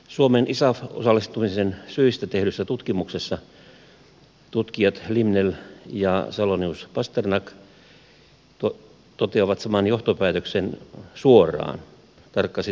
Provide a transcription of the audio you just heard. suomen isaf osallistumisen syistä tehdyssä tutkimuksessa tutkijat limnell ja salonius pasternak toteavat saman johtopäätöksen suoraan tarkka sitaatti